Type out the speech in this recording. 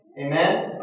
Amen